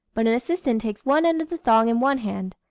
but an assistant takes one end of the thong in one hand,